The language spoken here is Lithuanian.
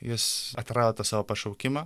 jis atrado tą savo pašaukimą